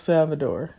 Salvador